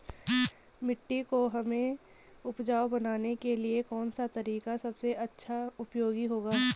मिट्टी को हमें उपजाऊ बनाने के लिए कौन सा तरीका सबसे अच्छा उपयोगी होगा?